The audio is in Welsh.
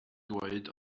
dweud